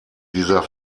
dieser